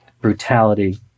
brutality